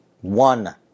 one